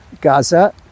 Gaza